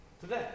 today